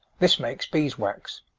this makes beeswax.